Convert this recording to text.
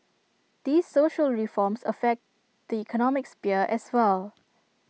these social reforms affect the economic sphere as well